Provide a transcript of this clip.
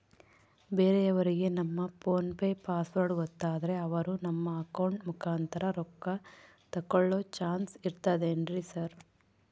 ಬೇರೆಯವರಿಗೆ ನಮ್ಮ PhonePe password ಗೊತ್ತಾದ್ರೆ ಅವರು ನಮ್ಮ ಅಕೌಂಟ್ ಮುಖಾಂತರ ರೊಕ್ಕ ತಕ್ಕೊಳ್ಳೋ ಚಾನ್ಸ್ ಇರ್ತದೆನ್ರಿ ಸರ್?